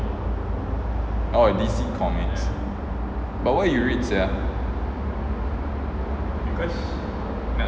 oh the D_C comics but why you read sia